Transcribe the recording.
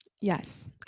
yes